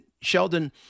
Sheldon